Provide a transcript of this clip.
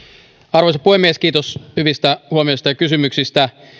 arvoisa puhemies kiitos hyvistä huomioista ja kysymyksistä